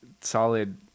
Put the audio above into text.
solid